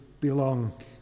belong